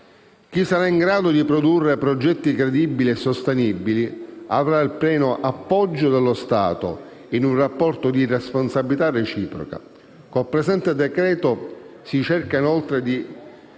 Chi sarà in grado di produrre progetti credibili e sostenibili, avrà il pieno appoggio dello Stato, in un rapporto di responsabilità reciproca. Con il presente decreto-legge si cerca inoltre di